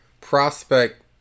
prospect